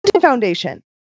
Foundation